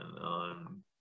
on